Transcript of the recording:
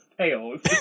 tails